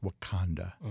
Wakanda